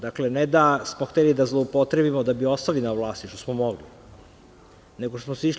Dakle, ne da smo hteli da zloupotrebimo da bi ostali na vlasti, što smo mogli, nego smo sišli.